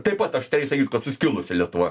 taip pat aštriai sakytų kad suskilusi lietuva